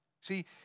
See